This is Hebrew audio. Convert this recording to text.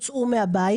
מהבית.